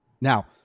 Now